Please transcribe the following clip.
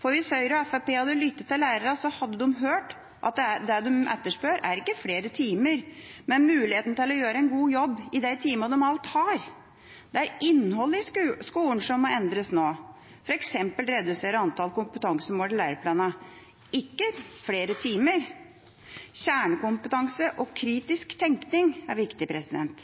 for hvis Høyre og Fremskrittspartiet hadde lyttet til lærerne, hadde de hørt at det de etterspør, er ikke flere timer, men mulighet til å gjøre en god jobb i de timene de allerede har. Det er innholdet i skolen som må endres nå, f.eks. redusere antallet kompetansemål i læreplanene, ikke flere timer. Kjernekompetanse og kritisk tekning er viktig.